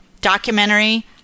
documentary